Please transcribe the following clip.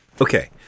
okay